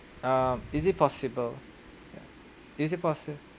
um is it possible is it possi~